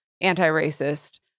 anti-racist